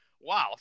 wow